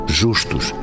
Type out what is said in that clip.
justos